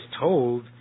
told